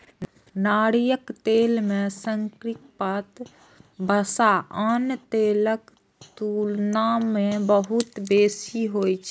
नारियल तेल मे संतृप्त वसा आन तेलक तुलना मे बहुत बेसी होइ छै